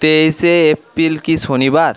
তেইশে এপ্রিল কি শনিবার